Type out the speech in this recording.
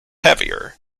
heavier